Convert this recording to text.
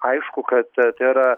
aišku kad tai yra